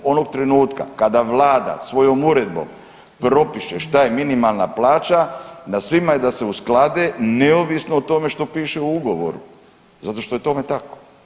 Onog trenutka kada vlada svojom uredbom propiše šta je minimalna plaća na svima je da se usklade neovisno o tome što piše u ugovoru, zato što je tome tako.